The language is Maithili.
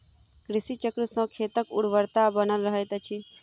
कृषि चक्र सॅ खेतक उर्वरता बनल रहैत अछि